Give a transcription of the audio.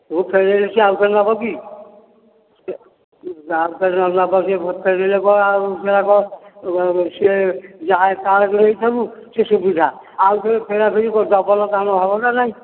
ତୁ ଫେରେଇଲେ ସେ ଆଉ ଥରେ ନେବକି ସେ ଆଉ ଥରେ ନ ନେବ ସେ ଫେରେଇଲେ କ'ଣ ଆଉ ସେଗୁଡ଼ାକ ସେ ଯାହା ସାର୍ଟ ନେଇଥିବୁ ସେ ସୁବିଧା ଆଉ ଥରେ ଫେରା ଫେରି କରିବୁ ଡବଲ୍ କାମ ହେବ ନା ନାହିଁ